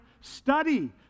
Study